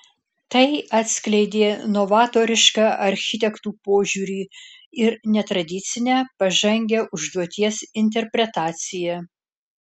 tai atskleidė novatorišką architektų požiūrį ir netradicinę pažangią užduoties interpretaciją